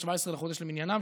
ב-17 בחודש למניינם,